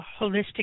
holistic